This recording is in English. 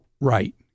right